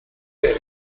terra